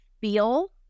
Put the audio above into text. feel